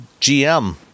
GM